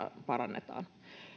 parannetaan